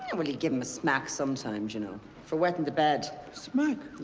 and well, he'd give him a smack sometimes you know for wetting the bed. smack?